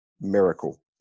Miracle